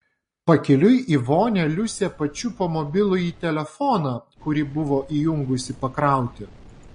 pakeliui į vonią liusė pačiupo mobilųjį telefoną kurį buvo įjungusi pakrauti